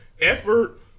effort